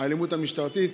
האלימות המשטרתית,